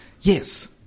Yes